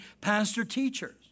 pastor-teachers